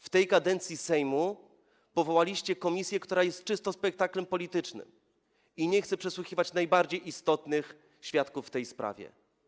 W tej kadencji Sejmu powołaliście komisję, która jest czysto politycznym spektaklem i nie chce przesłuchiwać najbardziej istotnych świadków w tej sprawie.